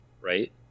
right